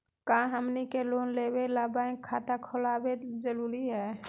का हमनी के लोन लेबे ला बैंक खाता खोलबे जरुरी हई?